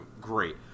Great